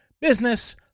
business